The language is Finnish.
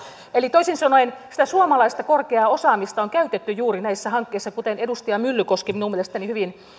eli toisin sanoen sitä suomalaista korkeaa osaamista on käytetty juuri näissä hankkeissa kuten edustaja myllykoski minun mielestäni hyvin